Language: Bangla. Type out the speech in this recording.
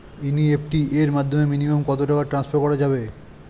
এন.ই.এফ.টি এর মাধ্যমে মিনিমাম কত টাকা টান্সফার করা যাবে?